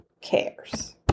cares